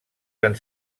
van